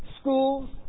schools